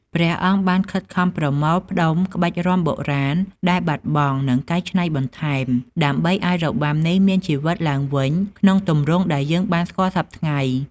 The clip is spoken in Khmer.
ព្រះអង្គបានខិតខំប្រមូលផ្តុំក្បាច់រាំបុរាណដែលបាត់បង់ និងកែច្នៃបន្ថែម ដើម្បីឱ្យរបាំនេះមានជីវិតឡើងវិញក្នុងទម្រង់ដែលយើងបានស្គាល់សព្វថ្ងៃ។